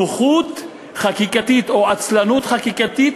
נוחות חקיקתית או עצלנות חקיקתית?